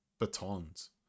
Batons